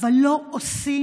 אבל לא עושים